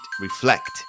reflect